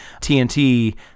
TNT